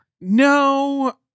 no